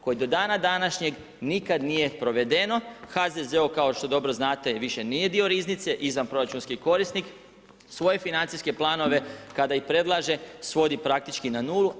Do dana današnjeg nikada nije provedeno, HZZO kao što dobro znate više nije dio riznice, izvanproračunski je korisnik, svoje financijske planove kada i predlaže svodi praktički na nulu.